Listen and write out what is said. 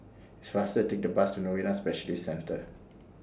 It's faster to Take The Bus to Novena Specialist Centre